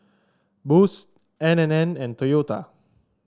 Boost N and N and Toyota